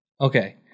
okay